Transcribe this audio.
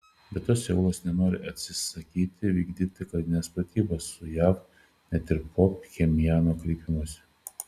be to seulas nenori atsisakyti vykdyti karines pratybas su jav net ir po pchenjano kreipimosi